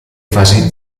fasi